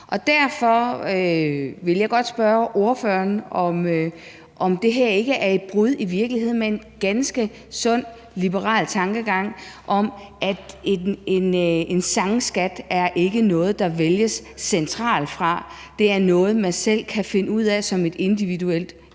Og derfor vil jeg godt spørge ordføreren, om det her ikke i virkeligheden er et brud med en ganske sund liberal tankegang om, at en sangskat ikke er noget, der vælges fra centralt hold. Det er noget, man selv kan finde ud af som et individuelt menneske